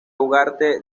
ugarte